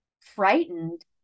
frightened